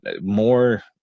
more